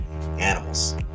Animals